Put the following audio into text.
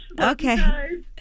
Okay